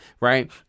right